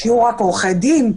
שיהיו רק עורכי דין,